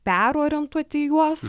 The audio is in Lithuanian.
perorientuoti juos